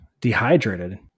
dehydrated